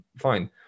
fine